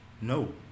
No